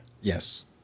Yes